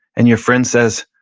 and your friend says,